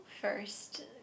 first